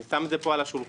ואני שם את זה פה על השולחן,